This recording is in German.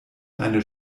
eine